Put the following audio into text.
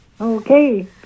Okay